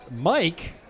Mike